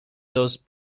those